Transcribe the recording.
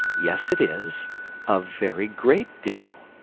yes, it is a very great deal,